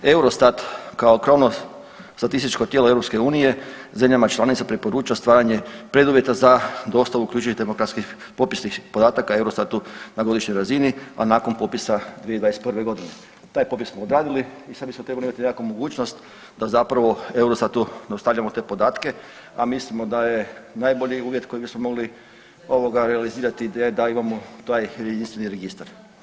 EUROSTAT kao krovno statističko tijelo EU zemljama članica preporuča stvaranje preduvjeta za dostavu … demokratskih popisnih podataka EUROSTATU na godišnjoj razini, a nakon popisa 2021.g. Taj popis smo odradili i sad bismo trebali imati nekakvu mogućnost da zapravo EUROSTA-u dostavljamo te podatke, a mislimo da je najbolji uvjeti kojeg bismo mogli realizirati da imamo taj jedinstveni registar.